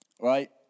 right